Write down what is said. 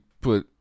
put